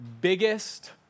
biggest